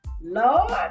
Lord